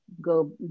go